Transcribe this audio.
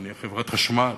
נניח חברת חשמל,